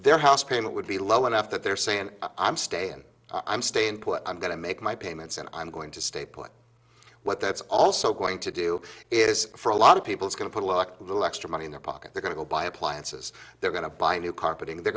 their house payment would be low enough that they're saying i'm stay in i'm staying put i'm going to make my payments and i'm going to stay put what that's also going to do is for a lot of people is going to put a little extra money in their pocket they're going to buy appliances they're going to buy new carpeting they're